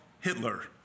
Hitler